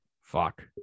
fuck